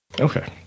Okay